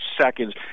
seconds